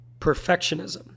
perfectionism